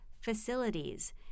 Facilities